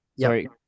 Sorry